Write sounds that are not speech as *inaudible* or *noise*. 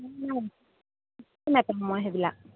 *unintelligible* মই সেইবিলাক